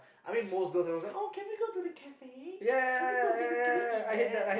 I mean most girls I would say oh can we go to the cafe can we go get this can we go eat that